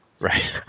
Right